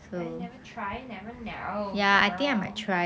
but you never try you never know girl